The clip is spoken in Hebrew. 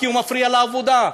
כי הוא מפריע לעבודה.